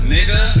Nigga